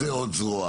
זרוע